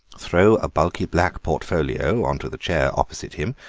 throw a bulky black portfolio on to the chair opposite him,